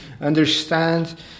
understand